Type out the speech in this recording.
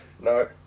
no